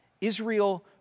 Israel